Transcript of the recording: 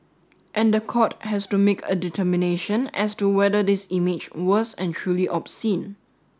and the court has to make a determination as to whether this image was and truly obscene